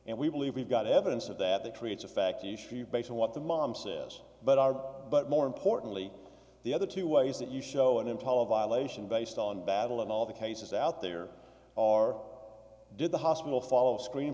believe we've got evidence of that that creates a fact issue based on what the mom says but are but more importantly the other two ways that you show an impala violation based on battle of all the cases out there are did the hospital follow screen